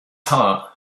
heart